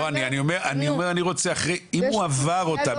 אני אומר אם הוא עבר אותם,